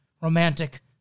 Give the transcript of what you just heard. romantic